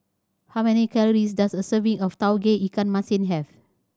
how many calories does a serving of Tauge Ikan Masin have